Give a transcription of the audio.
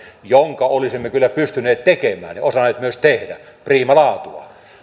jonka olisimme kyllä pystyneet tekemään ja osanneet myös tehdä priimalaatua